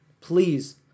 please